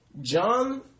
John